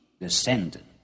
descendant